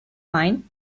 fine